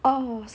oh